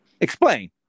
explain